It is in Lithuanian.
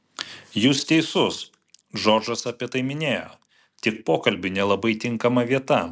jūs teisus džordžas apie tai minėjo tik pokalbiui nelabai tinkama vieta